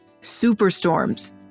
superstorms